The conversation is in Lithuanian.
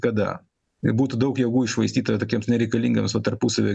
kada būtų daug jėgų iššvaistyta tokiems nereikalingiems va tarpusavio